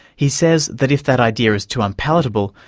he says that if that idea is too unpalatable,